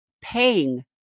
paying